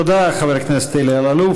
תודה, חבר הכנסת אלי אלאלוף.